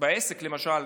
בעסק למשל,